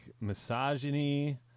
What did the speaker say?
misogyny